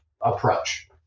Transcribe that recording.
approach